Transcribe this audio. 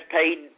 paid